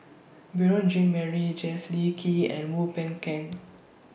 Beurel Jean Marie Kee and Wu Peng Keng